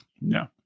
no